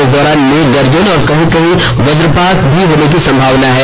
इस दौरान मेघ गर्जन और कहीं कहीं वजपात भी होने की संभावना है